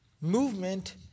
movement